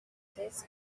this